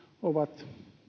ovat